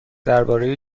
درباره